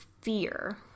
fear